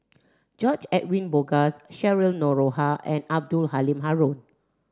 George Edwin Bogaars Cheryl Noronha and Abdul Halim Haron